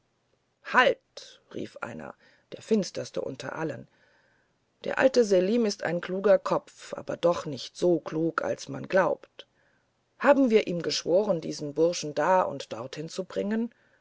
halt rief einer der finsterste unter allen der alte selim ist ein kluger kopf aber doch nicht so klug als man glaubt haben wir ihm geschworen diesen burschen da oder dorthin zu bringen